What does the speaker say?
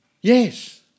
Yes